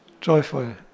joyful